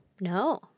No